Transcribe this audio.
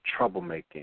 troublemaking